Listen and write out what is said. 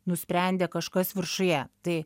nusprendė kažkas viršuje tai